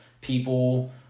people